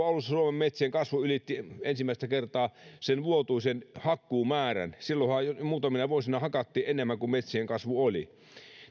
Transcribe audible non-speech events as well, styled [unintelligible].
[unintelligible] alussa suomen metsien kasvu ylitti ensimmäistä kertaa sen vuotuisen hakkuumäärän silloinhan muutamina vuosina hakattiin enemmän kuin metsien kasvu oli